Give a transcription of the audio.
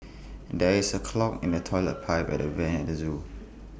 there is A clog in the Toilet Pipe and the air Vents at the Zoo